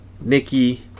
Nikki